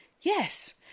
Yes